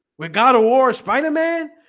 we got a war spider-man.